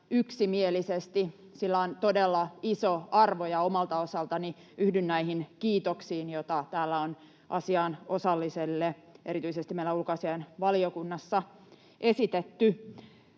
yksimielisesti. Sillä on todella iso arvo. Ja omalta osaltani yhdyn näihin kiitoksiin, joita täällä on asianosallisille erityisesti meidän ulkoasiainvaliokunnassa esitetty.